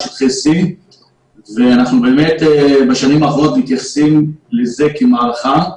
שטחי C. ואנחנו באמת בשנים האחרונות מתייחסים לזה כמערכה.